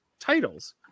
titles